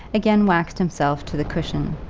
again waxed himself to the cushion,